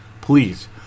Please